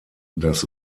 das